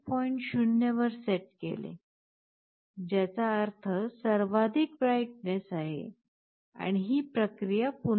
0 वर सेट केले ज्याचा अर्थ सर्वाधिक ब्राइटनेस आहे आणि ही प्रक्रिया पुन्हा होते